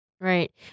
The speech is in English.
right